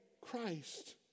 Christ